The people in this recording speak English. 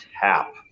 tap